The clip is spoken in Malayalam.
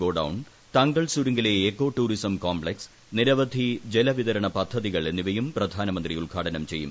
ഗോഡൌൺ തങ്കൾ സുരുങ്കിലെ എക്കോ ടൂറിസം കോംപ്പക്സ് നിരവധി ജല വിതരണ പദ്ധതികൾ എന്നിവയും പ്രധാനമന്ത്രി ഉദ്ഘാടനം ചെയ്യും